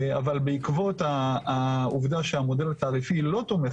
אבל בעקבות העובדה שהמודל התעריפי לא תומך